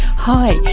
hi,